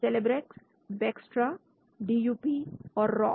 Celebrex Bextra DuP और Rof